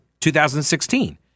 2016